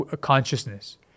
consciousness